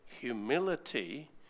humility